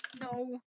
No